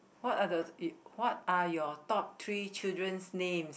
what are the you what are your top three children's names